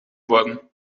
worden